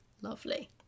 lovely